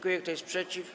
Kto jest przeciw?